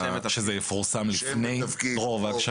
קודם כל